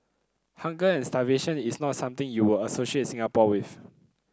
hunger and starvation is not something you would associate Singapore with